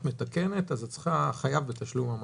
אני כל הזמן בחילוץ מבצעי ואני צריכה לשלם.